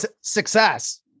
success